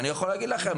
אני יכול להגיד לכם,